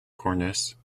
cornice